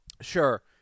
Sure